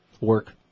work